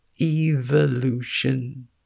Evolution